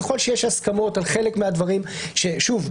שככל שיש הסכמות על חלק מהדברים שוב,